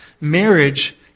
Marriage